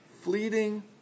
fleeting